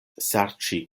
serĉi